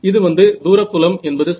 இது வந்து தூர புலம் என்பது சரி